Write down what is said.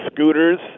scooters